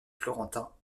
florentins